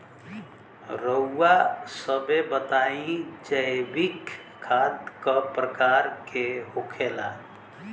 रउआ सभे बताई जैविक खाद क प्रकार के होखेला?